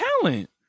talent